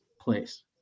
place